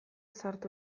sartu